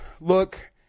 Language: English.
look